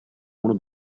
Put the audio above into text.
uno